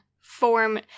form